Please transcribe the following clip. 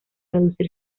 reducir